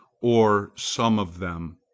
or some of them?